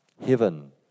Heaven